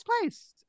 Place